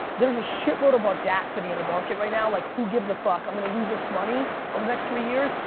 there's a shitload of audacity in the market right now, like who gives a fuck? i'm gonna lose this money over the next three years,